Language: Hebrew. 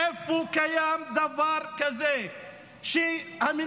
איפה קיים דבר כזה שהממשלה,